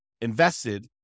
invested